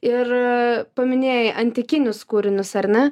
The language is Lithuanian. ir paminėjai antikinius kūrinius ar ne